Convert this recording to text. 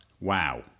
Wow